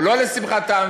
או לא לשמחת העם,